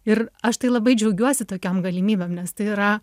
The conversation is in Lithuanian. ir aš tai labai džiaugiuosi tokiom galimybėm nes tai yra